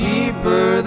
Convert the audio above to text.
Deeper